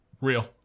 Real